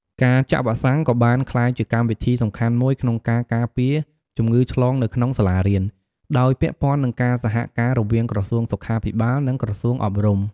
ការចាក់វ៉ាក់សាំងក៏បានក្លាយជាកម្មវិធីសំខាន់មួយក្នុងការការពារជំងឺឆ្លងនៅក្នុងសាលារៀន ដោយពាក់ព័ន្ធនឹងការសហការរវាងក្រសួងសុខាភិបាល និងក្រសួងអប់រំ។